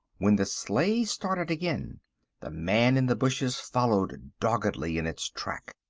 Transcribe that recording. when the sleigh started again the man in the bushes followed doggedly in its track.